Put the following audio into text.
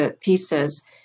pieces